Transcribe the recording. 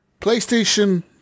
PlayStation